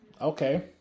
Okay